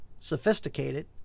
sophisticated